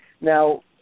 Now